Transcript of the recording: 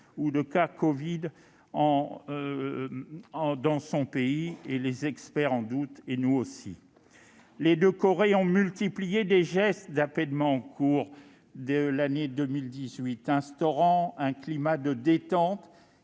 aucun cas de covid-19. Les experts en doutent, nous aussi. Les deux Corées ont multiplié les gestes d'apaisement au cours de l'année 2018, instaurant un climat de détente